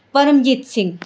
Paramjit Singh